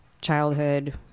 childhood